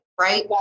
right